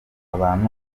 abantu